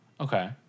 Okay